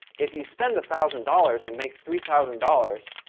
if you spend thousand dollars and make three thousand dollars.